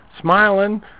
smiling